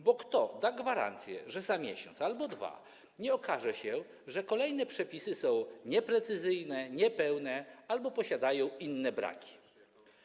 Bo kto da gwarancję, że za miesiąc albo za dwa miesiące nie okaże się, że kolejne przepisy są nieprecyzyjne, niepełne albo posiadają inne braki?